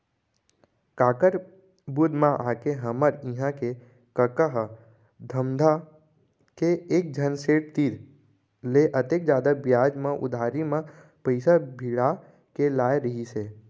काकर बुध म आके हमर इहां के कका ह धमधा के एकझन सेठ तीर ले अतेक जादा बियाज म उधारी म पइसा भिड़ा के लाय रहिस हे